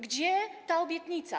Gdzie ta obietnica?